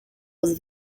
was